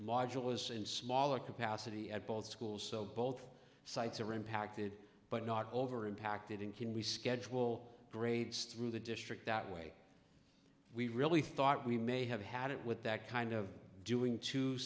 modulus in smaller capacity at both schools so both sides are impacted but not over impacted in can we schedule grades through the district that way we really thought we may have had it with that kind of doing two